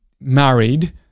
married